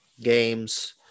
games